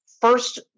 first